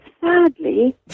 sadly